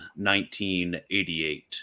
1988